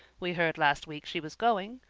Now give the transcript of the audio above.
we heard last week she was going,